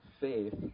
faith